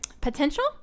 potential